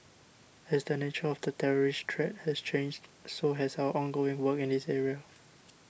as the nature of the terrorist threat has changed so has our ongoing work in this area